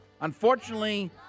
Unfortunately